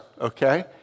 okay